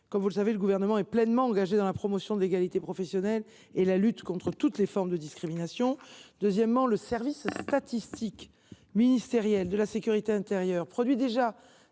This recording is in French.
comme vous le savez, le Gouvernement est pleinement engagé dans la promotion de l’égalité professionnelle et la lutte contre toutes les formes de discrimination. Ensuite, le service statistique ministériel de la sécurité intérieure dispose déjà